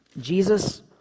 Jesus